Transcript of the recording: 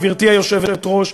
גברתי היושבת-ראש,